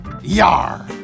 Yar